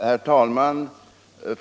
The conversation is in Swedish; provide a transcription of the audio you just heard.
Herr talman!